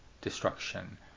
Destruction